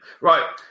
Right